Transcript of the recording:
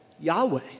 Yahweh